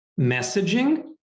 messaging